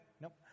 Nope